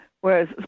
Whereas